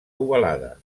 ovalada